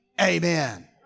Amen